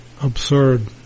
Absurd